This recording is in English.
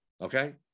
okay